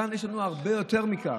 כאן יש לנו הרבה יותר מכך.